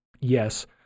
yes